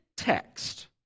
text